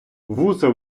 вуса